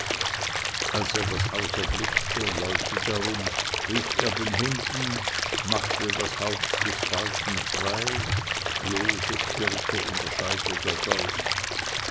als er das haus erblickte leute darum rief er den hunden machte das haupt des falken frei lose klirrte in der scheide der dolch